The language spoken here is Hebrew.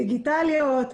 דיגיטליות,